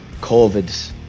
COVID